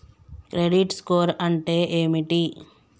Credit score అంటే ఏమిటి?